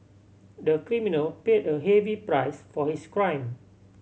the criminal paid a heavy price for his crime